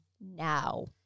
now